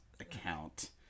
account